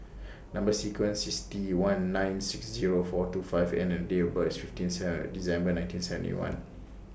Number sequence IS T one nine six Zero four two five N and The Date of birth IS fifteen Third December nineteen seventy one